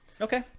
Okay